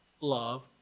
love